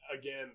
Again